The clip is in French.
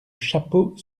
chapeau